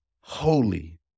holy